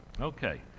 okay